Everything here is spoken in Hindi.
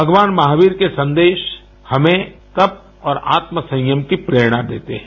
भगवान महावीर के सन्देश हमें तप और आत्म संयम की प्रेरणा देते हैं